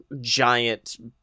giant